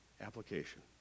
application